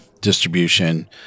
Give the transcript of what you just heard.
distribution